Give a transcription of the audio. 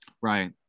Right